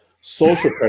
social